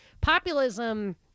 Populism